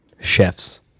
chefs